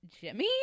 Jimmy